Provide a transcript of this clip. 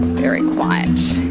very quiet.